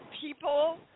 people